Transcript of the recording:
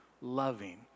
loving